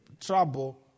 trouble